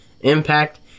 impact